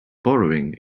borrowing